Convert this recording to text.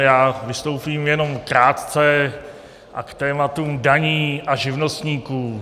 Já vystoupím jenom krátce, a to tématu daní a živnostníků.